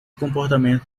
comportamento